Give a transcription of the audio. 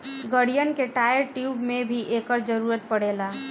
गाड़िन के tyre, tube में भी एकर जरूरत पड़ेला